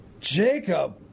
Jacob